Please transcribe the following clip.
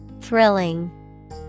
thrilling